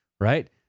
right